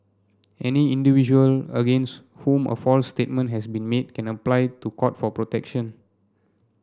any individual against whom a false statement has been made can apply to Court for protection